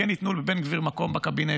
כן ייתנו לבן גביר מקום בקבינט,